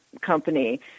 company